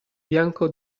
bianco